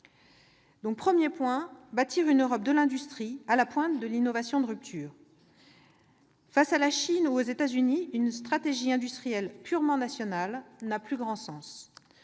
nous devons bâtir une Europe de l'industrie, à la pointe de l'innovation de rupture. Face à la Chine ou aux États-Unis, une stratégie industrielle purement nationale n'a plus grand sens.